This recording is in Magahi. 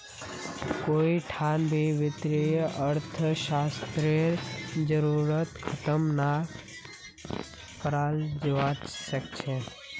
कोई ठान भी वित्तीय अर्थशास्त्ररेर जरूरतक ख़तम नी कराल जवा सक छे